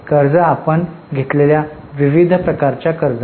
कर्ज आपण घेतलेल्या विविध प्रकारच्या कर्जा आहेत